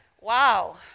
wow